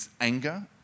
anger